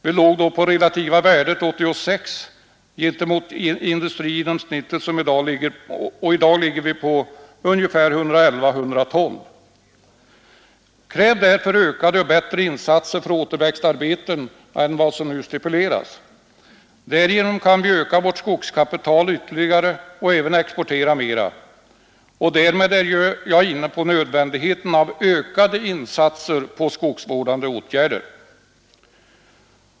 Vi låg då på det relativa värdet 86 av industrigenomsnittet mot i dag 111—112. Kräv ökade och bättre insatser för återväxtarbeten än vad som nu stipuleras! Därigenom kan vi öka vårt skogskapital ytterligare och även exportera mera. Därmed är jag inne på nödvändigheten av ökade insatser på skogsvårdande åtgärder.